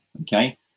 okay